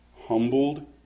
humbled